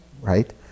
right